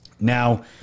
Now